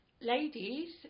ladies